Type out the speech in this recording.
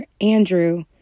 Andrew